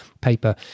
paper